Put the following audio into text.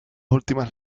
últimas